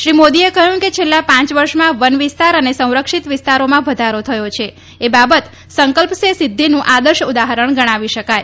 શ્રી મોદીએ કહ્યું કે છેલ્લા પાંચ વર્ષમાં વન વિસ્તાર અને સંરક્ષીત વિસ્તારોમાં વધારો થયો છે એ બાબત સંકલ્પ સે સિદ્ધીનું આદર્શ ઉદાહરણ ગણાવી શકાય